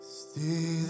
stay